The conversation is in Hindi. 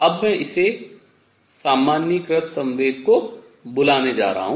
अब मैं इस सामान्यीकृत संवेग को बुलाने जा रहा हूँ